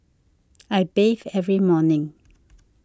I bathe every morning